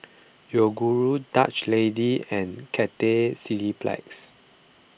Yoguru Dutch Lady and Cathay Cineplex